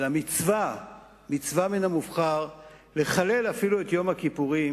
אלא מצווה מן המובחר לחלל אפילו את יום הכיפורים